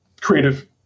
creative